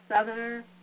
Southerner